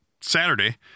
Saturday